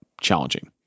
challenging